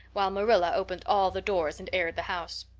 while marilla opened all the doors and aired the house.